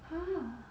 !huh!